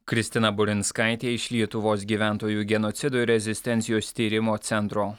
kristina burinskaitė iš lietuvos gyventojų genocido ir rezistencijos tyrimo centro